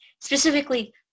specifically